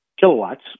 kilowatts